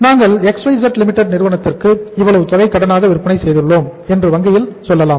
நாங்கள் XYZ Limited நிறுவனத்திற்கு இவ்வளவு தொகை கடனாக விற்பனை செய்துள்ளோம் என்று வங்கியில் சொல்லலாம்